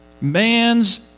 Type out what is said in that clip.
man's